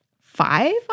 five